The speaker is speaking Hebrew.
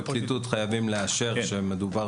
הפרקליטות חייבת לאשר שאכן מדובר